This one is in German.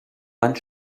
wand